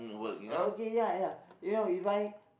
uh uh okay ya ya you know you buy